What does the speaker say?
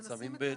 שמים בשקית,